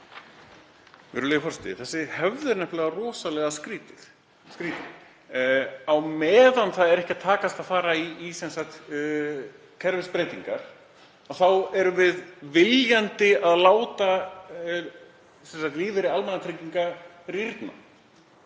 Þessi hefð er nefnilega rosalega skrýtin. Á meðan ekki tekst að fara í kerfisbreytingar erum við viljandi að láta lífeyri almannatrygginga rýrna.